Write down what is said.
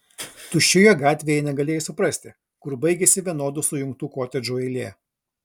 tuščioje gatvėje negalėjai suprasti kur baigiasi vienodų sujungtų kotedžų eilė